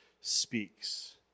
speaks